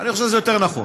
אני חושב שזה יותר נכון.